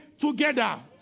together